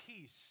peace